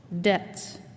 debts